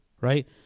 right